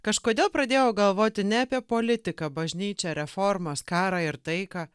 kažkodėl pradėjau galvoti ne apie politiką bažnyčią reformas karą ir taiką